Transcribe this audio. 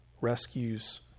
rescues